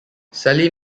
sallie